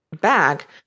back